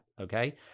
okay